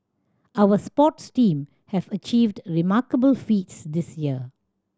our sports team have achieved remarkable feats this year